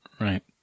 right